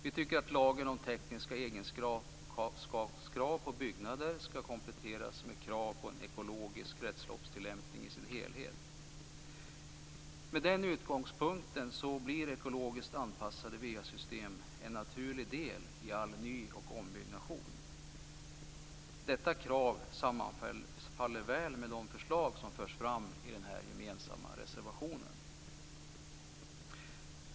Vi tycker att lagen om tekniska egenskapskrav på byggnader skall kompletteras med krav på en ekologisk kretsloppstillämpning i sin helhet. Med den utgångspunkten blir ekologiskt anpassade va-system en naturlig del i all ny och ombyggnation. Detta krav sammanfaller väl med de förslag som förs fram i den gemensamma reservationen.